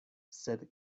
sed